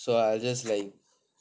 ya then